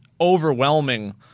overwhelming